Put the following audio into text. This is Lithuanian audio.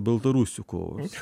baltarusių kovos